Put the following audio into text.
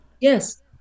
Yes